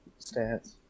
stats